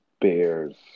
Bears